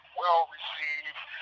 well-received